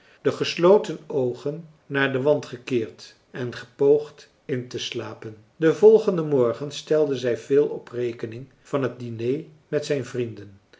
de gesloten oogen naar den wand gekeerd en gepoogd inteslapen den volgenden morgen stelde zij veel op rekening van het diner met zijn vrienden